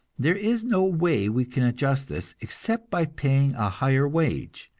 there is no way we can adjust this, except by paying a higher wage,